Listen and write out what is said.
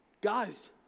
Guys